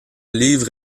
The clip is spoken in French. livre